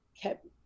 kept